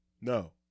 No